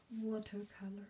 watercolor